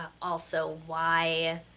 ah also why ah,